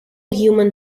human